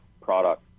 product